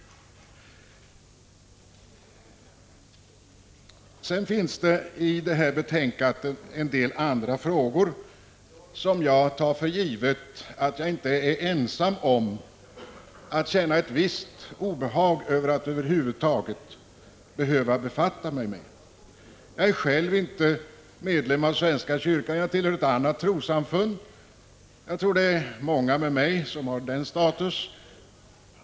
Det finns i detta betänkande en del andra frågor, som jag tar för givet att jag inte är ensam om att känna ett visst obehag över att över huvud taget behöva ta ställning till. Jag är själv inte medlem av svenska kyrkan, jag tillhör ett annat trossamfund. Jag tror att det är många med mig som har sådan status.